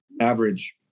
average